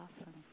awesome